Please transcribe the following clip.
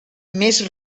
més